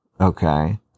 okay